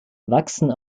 wachsen